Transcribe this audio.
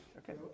okay